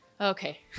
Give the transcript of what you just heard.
okay